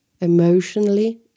Emotionally